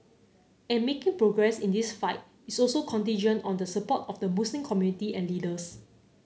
and making progress in this fight is also contingent on the support of the Muslim community and leaders